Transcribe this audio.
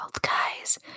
guys